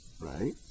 right